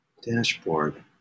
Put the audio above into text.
Dashboard